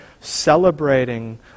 celebrating